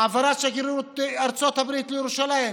העברת שגרירות ארצות הברית לירושלים,